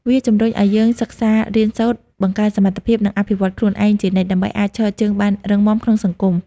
វាជំរុញឲ្យយើងសិក្សារៀនសូត្រ បង្កើនសមត្ថភាព និងអភិវឌ្ឍខ្លួនឯងជានិច្ច ដើម្បីអាចឈរជើងបានរឹងមាំក្នុងសង្គម។